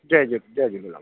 जय झूले जय झूलेलाल